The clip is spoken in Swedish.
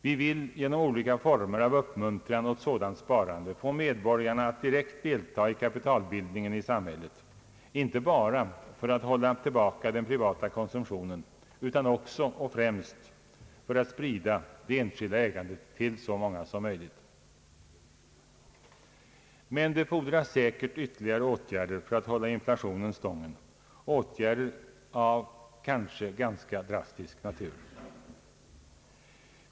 Vi vill genom olika former av uppmuntran av sådant sparande få medborgarna att direkt deltaga i kapitalbildningen i samhället, inte bara för att hålla tillbaka den privata konsumtionen utan också och främst för att sprida det enskilda ägandet till så många som möjligt. Men det fordras säkerligen ytterligare åtgärder för att hålla inflationen stången, åtgärder av kanske ganska drastisk natur.